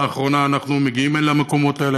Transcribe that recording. לאחרונה אנחנו מגיעים למקומות האלה.